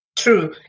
true